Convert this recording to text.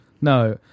No